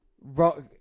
Rock